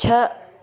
छह